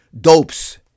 dopes